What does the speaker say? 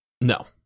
No